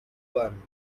bun